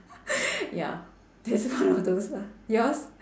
ya that's one of those ah yours